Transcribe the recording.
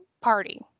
party